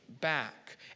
back